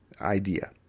idea